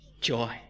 joy